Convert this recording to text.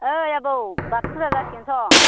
ओइ आबौ बाथौ फुजा जासिगोन सं